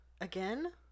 Again